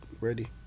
ready